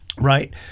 right